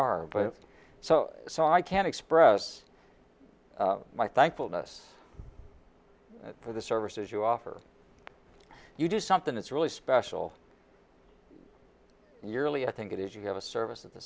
are but so so i can express my thankfulness for the services you offer you do something that's really special yearly i think it is you have a service at the